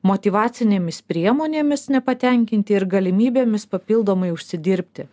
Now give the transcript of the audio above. motyvacinėmis priemonėmis nepatenkinti ir galimybėmis papildomai užsidirbti